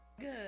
Good